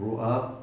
grow up